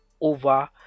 over